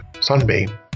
Sunbeam